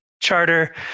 charter